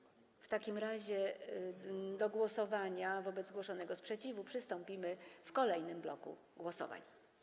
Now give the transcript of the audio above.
W takim razie do głosowania nad zgłoszonym sprzeciwem przystąpimy w kolejnym bloku głosowań.